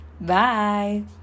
Bye